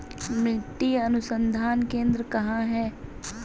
मिट्टी अनुसंधान केंद्र कहाँ है?